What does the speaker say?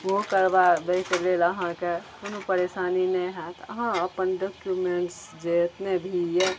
ओहो करबाबैके लेल अहाँकेॅं कोनो परेशानी नहि होएत अहाँ अपन डॉक्युमेन्ट जे जेतने भी अछि